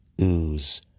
ooze